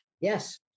Yes